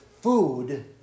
food